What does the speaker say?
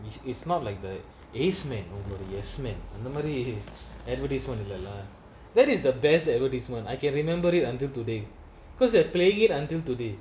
this is not like the ash man ஒன்னோடய:onnodaya yes man அந்தமாரி:anthamaari advertisement இல்ல:illa lah that is the best advertisement I can't remember it until today cause they're playing it until today